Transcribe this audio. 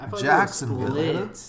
Jacksonville